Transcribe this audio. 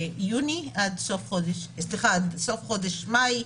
עד סוף חודש מאי,